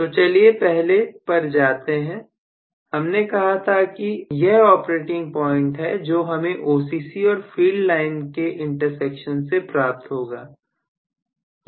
तो चलिए पहले पर जाते हैं हमने कहा था कि यह ऑपरेटिंग पॉइंट है जो हमें OCC और फील्ड लाइन के इंटरसेक्शन से प्राप्त होगा